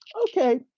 okay